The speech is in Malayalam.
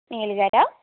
മേലുകര